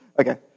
Okay